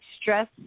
stress